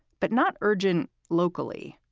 but not urgent. locally.